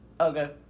Okay